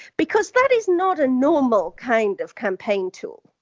because that is not a normal kind of campaign tool.